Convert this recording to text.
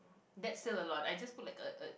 that's still a lot I just put like